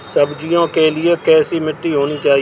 सब्जियों के लिए कैसी मिट्टी होनी चाहिए?